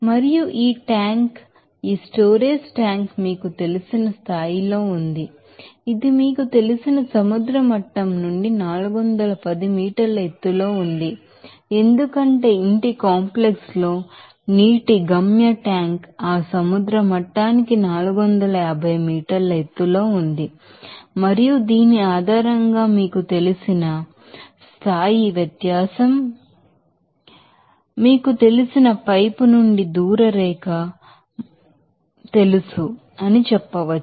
మరియు ఈ ట్యాంక్ ఈ స్టోరేజీ ట్యాంక్ మీకు తెలిసిన స్థాయిలో ఉంది ఇది మీకు తెలిసిన సముద్ర మట్టం నుండి 410 మీటర్ల ఎత్తులో ఉంది ఎందుకంటే ఇంటి కాంప్లెక్స్ లో నీటి గమ్య ట్యాంక్ ఆ సముద్ర మట్టానికి 450 మీటర్ల ఎత్తులో ఉంది మరియు దీని ఆధారంగా మీకు తెలిసిన మీకు తెలిసిన స్థాయి వ్యత్యాసం మీకు తెలుసు మీకు తెలిసిన పైపు నుండి డిస్టెన్స్ లైన్ మీకు తెలుసు అని చెప్పవచ్చు